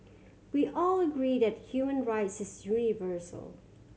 we all agree that human rights is universal